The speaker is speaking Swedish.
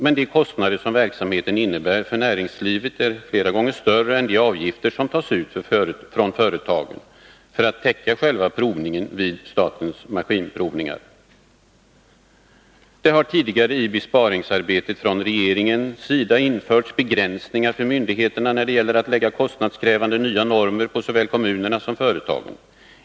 Men de kostnader som verksamheten innebär för näringslivet är flera gånger större än de avgifter som tas ut från företagen för att täcka själva provningen vid statens maskinprovningar. Det har tidigare i besparingsarbetet från regeringens sida införts begränsningar för myndigheterna när det gäller att lägga kostnadskrävande nya normer på såväl kommunerna som företagen.